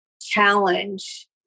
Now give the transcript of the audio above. challenge